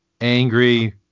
angry